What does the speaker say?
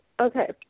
Okay